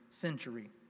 century